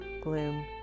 gloom